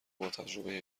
باتجربه